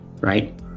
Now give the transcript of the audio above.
right